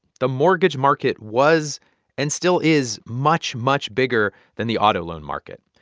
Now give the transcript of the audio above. the mortgage market was and still is much, much bigger than the auto loan market.